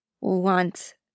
want